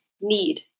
need